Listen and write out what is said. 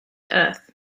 earth